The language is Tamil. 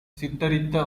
சித்தரித்த